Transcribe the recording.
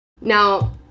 now